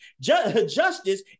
justice